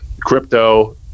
crypto